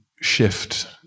shift